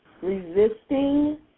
resisting